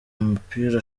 mupira